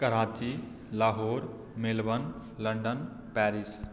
Karachi Lahore Melbourne London Paris